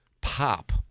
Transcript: pop